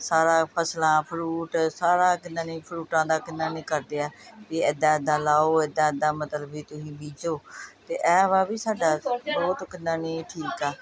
ਸਾਰੀਆਂ ਫਸਲਾਂ ਫਰੂਟ ਸਾਰਾ ਕਿੰਨਾ ਨਹੀਂ ਫਰੂਟਾਂ ਦਾ ਕਿੰਨਾ ਨਹੀਂ ਕਰਦੇ ਹੈ ਵੀ ਇੱਦਾਂ ਇੱਦਾਂ ਲਾਓ ਇੱਦਾਂ ਇੱਦਾਂ ਮਤਲਬ ਵੀ ਤੁਸੀਂ ਬੀਜੋ ਅਤੇ ਇਹ ਵਾ ਵੀ ਸਾਡਾ ਬਹੁਤ ਕਿੰਨਾ ਨਹੀਂ ਠੀਕ ਆ